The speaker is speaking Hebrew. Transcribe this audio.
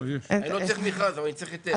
אני לא צריך מכרז אבל אני צריך היתר.